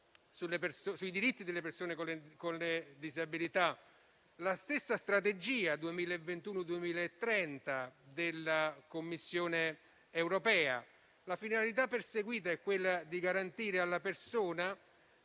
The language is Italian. sui diritti delle persone con disabilità, la stessa strategia 2021-2030 della Commissione europea. La finalità perseguita è quella di garantire alla persona